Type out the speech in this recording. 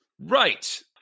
Right